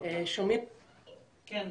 קודם